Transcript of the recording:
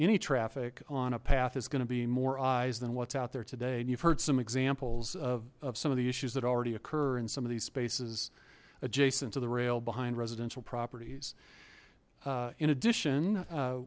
any traffic on a path is going to be more eyes than what's out there today and you've heard some examples of some of the issues that already occur in some of these spaces adjacent to the rail behind residential properties in addition